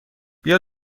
بیا